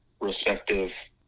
respective